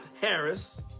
Harris